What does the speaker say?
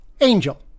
Angel